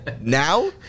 Now